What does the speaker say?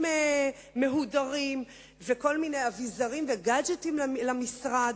מהודרים וכל מיני אביזרים וגאדג'טים למשרד.